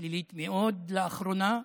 שלילית מאוד לאחרונה,